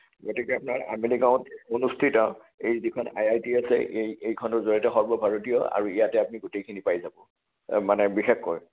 গতিকে আপোনাৰ আমিনগাঁৱত অনুস্থিত এই যিখন আই আই টি আছে এই এইখনৰ জৰিয়তে সৰ্বভাৰতীয় আৰু ইয়াতে আপুনি গোটেইখিনি পাই যাব মানে বিশেষকৈ